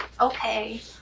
okay